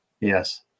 Yes